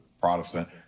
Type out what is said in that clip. Protestant